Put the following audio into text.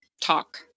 talk